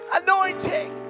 anointing